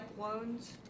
loans